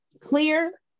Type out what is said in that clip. clear